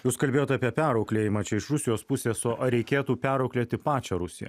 jūs kalbėjot apie perauklėjimą čia iš rusijos pusės o ar reikėtų perauklėti pačią rusiją